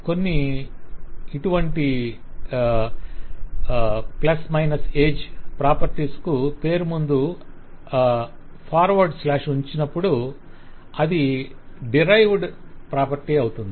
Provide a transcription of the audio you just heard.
కొన్ని ఇటువంటి age properties కు పేరుకు ముందు " ఉంచినప్పుడు అది డిరైవ్డ్ ప్రాపర్టీ అవుతుంది